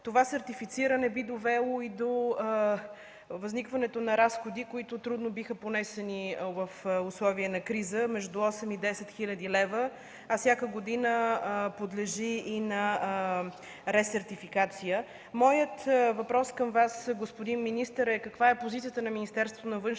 Това сертифициране би довело и до възникването на разходи, които трудно биха понесени в условия на криза – между 8 и 10 хил. лв., а всяка година подлежи и на ресертификация. Моят въпрос към Вас, господин министър, е: каква е позицията на Министерството на външните